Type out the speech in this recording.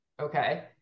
okay